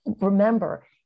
remember